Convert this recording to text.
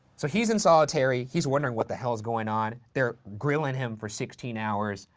so he's in solitary, he's wondering what the hell's going on, they're grilling him for sixteen hours,